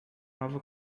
nova